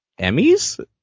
Emmys